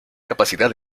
capacidad